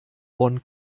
bonn